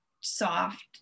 soft